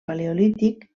paleolític